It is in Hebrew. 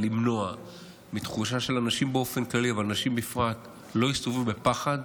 למנוע תחושה שאנשים באופן כללי ונשים בפרט לא יסתובבו בפחד,